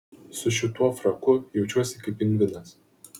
su šituo fraku jaučiuosi kaip pingvinas